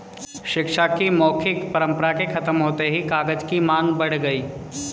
शिक्षा की मौखिक परम्परा के खत्म होते ही कागज की माँग बढ़ गई